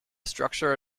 structure